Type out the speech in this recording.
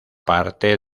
parte